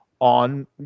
on